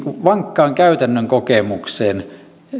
vankkaan käytännön kokemukseen